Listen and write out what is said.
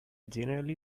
generally